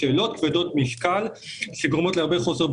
שתי פרצות משמעותיות שעשויות להיות מנוצלות לרעה,